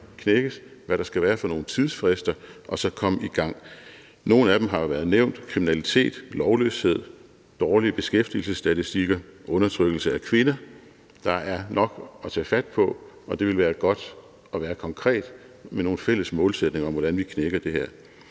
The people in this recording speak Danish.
knækkes, og hvilke tidsfrister der skal være, og så komme i gang. Nogle af dem har jo været nævnt: kriminalitet, lovløshed, dårlige beskæftigelsesstatistikker, undertrykkelse af kvinder. Der er nok at tage fat på, og det ville være godt at være konkret og have nogle fælles målsætninger om, hvordan vi løser det her.